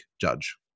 judge